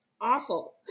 awful